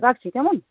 রাখছি কেমন